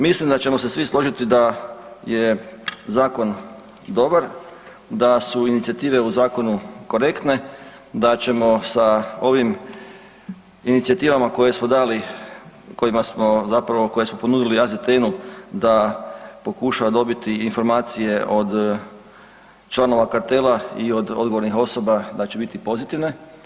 Mislim da ćemo se svi složiti da je zakon dobar, da su inicijative u zakonu korektne, da ćemo sa ovim inicijativama koje smo dali, kojima smo zapravo, koje smo ponudili AZTN-u da pokuša dobiti informacije od članova kartela i od odgovornih osoba da će biti pozitivne.